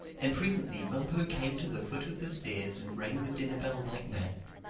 and presently bumpo came to the foot of the stairs and rang the dinner-bell like mad.